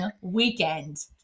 weekend